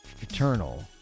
Eternal